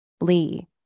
Lee